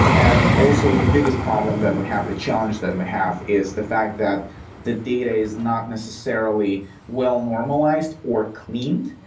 and also the biggest problem that we have, a challenge that we have is the fact that the data is not necessarily well-normalized or cleaned.